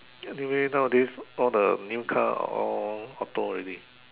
anyway nowadays all the new car all auto already